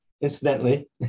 Incidentally